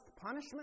punishment